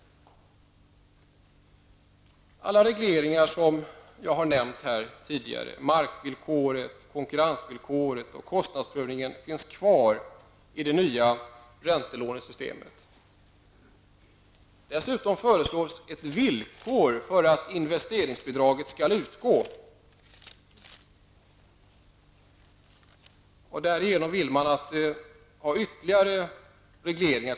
Alla regleringar som jag har nämnt, markvillkor, konkurrensvillkor och kostnadsprövning, finns kvar i det nya räntelånesystemet. Dessutom föreslås villkor för att investeringsbidraget skall utgå. Man kopplar på ytterligare regleringar.